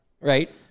right